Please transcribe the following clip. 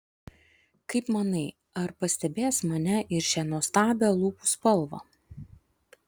kaip manai ar pastebės mane ir šią nuostabią lūpų spalvą